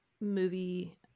movie